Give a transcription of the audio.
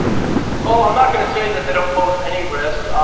oh, i'm not gonna say that they don't pose any risk.